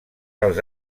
els